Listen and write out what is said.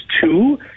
two